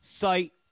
site